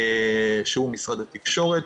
שהוא משרד התקשורת.